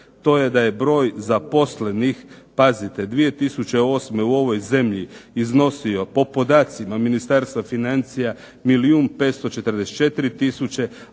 to je da je broj zaposlenih, pazite 2008. u ovoj zemlji, iznosio po podacima Ministarstva financija milijun